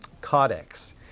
Codex